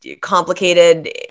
complicated